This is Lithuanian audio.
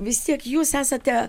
vistiek jūs esate